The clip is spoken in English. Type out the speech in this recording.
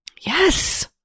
Yes